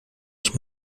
ich